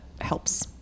helps